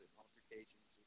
altercations